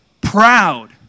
Proud